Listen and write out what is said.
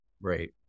Right